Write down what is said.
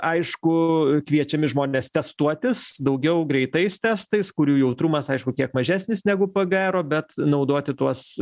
aišku kviečiami žmonės testuotis daugiau greitais testais kurių jautrumas aišku kiek mažesnis negu pgro bet naudoti tuos